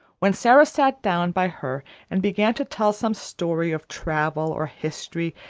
when sara sat down by her and began to tell some story of travel or history,